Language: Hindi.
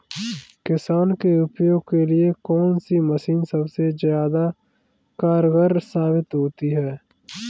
किसान के उपयोग के लिए कौन सी मशीन सबसे ज्यादा कारगर साबित होती है?